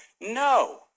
no